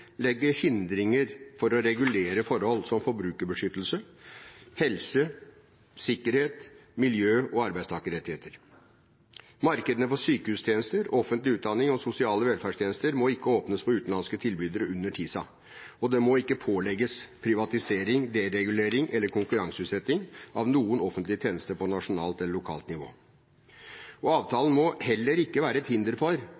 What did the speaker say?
legge hindringer for å regulere forhold som forbrukerbeskyttelse, helse, sikkerhet, miljø og arbeidstakerrettigheter. Markedene for sykehustjenester, offentlig utdanning og sosiale velferdstjenester må ikke åpnes for utenlandske tilbydere under TISA, og det må ikke pålegges privatisering, deregulering eller konkurranseutsetting av noen offentlig tjeneste på nasjonalt eller lokalt nivå. Avtalen må heller ikke være et hinder for gjeninnføring av offentlig eierskap og